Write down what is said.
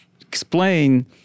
explain